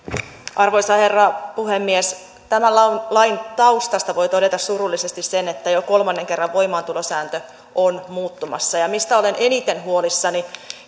arvoisa herra puhemies tämän lain taustasta voi todeta surullisesti sen että jo kolmannen kerran voimaantulosääntö on muuttumassa ja mistä olen eniten huolissani